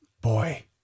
boy